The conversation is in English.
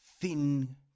thin